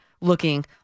looking